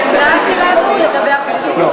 לא.